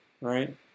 right